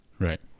Right